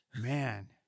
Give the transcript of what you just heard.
Man